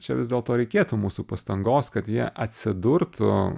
čia vis dėlto reikėtų mūsų pastangos kad jie atsidurtų